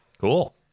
cool